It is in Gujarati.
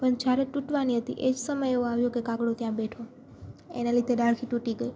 પણ જ્યારે તૂટવાની હતી એ જ સમય એવો આવ્યો કે કાગડો ત્યાં બેઠો એને લીધે ડાળખી તૂટી ગઈ